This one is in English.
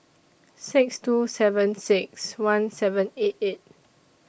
six two seven six one seven eight eight